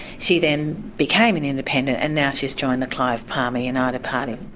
she then became an independent, and now she's joined the clive palmer united party.